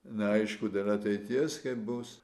neaišku dėl ateities kaip bus